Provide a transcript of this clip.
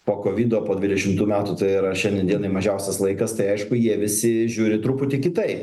po kovido po dvidešimtų metų tai yra šiandien dienai mažiausias laikas tai aišku jie visi žiūri truputį kitai